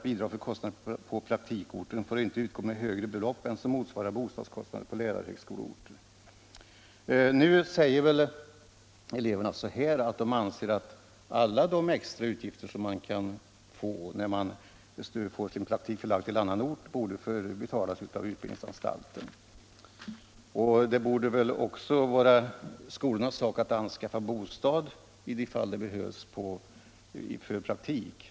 Bidrag för kostnader på praktikorten får inte utgå med högre belopp än som motsvarar bo stadskostnaden på lärarhögskoleorten. Eleverna anser att alla de extra utgifter de åsamkas när de får sin praktiktjänstgöring förlagd till annan ort än högskoleorten bör ersättas av utbildningsanstalten. Det bör också vara skolornas sak att i förekommande fall anskaffa bostad åt praktikanten på praktikorten.